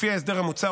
לפי ההסדר המוצע,